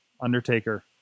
Undertaker